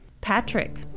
Patrick